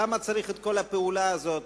למה צריך את כל הפעולה הזאת,